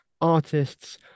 artists